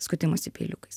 skutimosi peiliukais